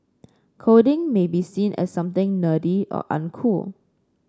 coding may be seen as something nerdy or uncool